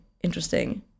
interesting